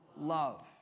love